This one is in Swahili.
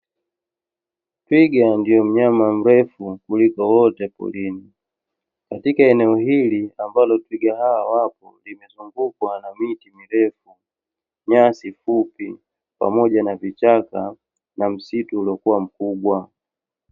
Twiga ndio mnyama mrefu kuliko wote porini; katika eneo hili ambalo twiga hawa wapo, limezungukwa na miti mirefu, nyasi fupi, pamoja na vichaka na msitu uliokuwa mkubwa.